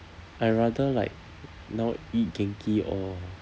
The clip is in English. I rather like now eat genki or